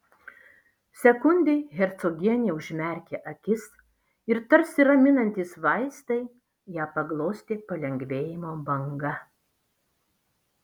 sekundei hercogienė užmerkė akis ir tarsi raminantys vaistai ją paglostė palengvėjimo banga